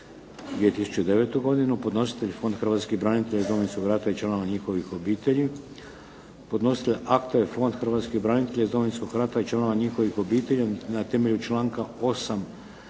2009. godinu Podnositelj Fond hrvatskih branitelja iz Domovinskog rata i članova njihovih obitelji. Podnositelj akta je Fond hrvatskih branitelja iz Domovinskog rata i članova njihovih obitelji na temelju članak 8.